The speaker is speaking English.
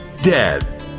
Dead